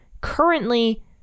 currently